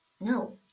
no